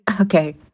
okay